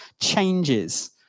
changes